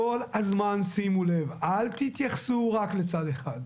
כל הזמן תשימו לב, אל תתייחסו רק לצד אחד.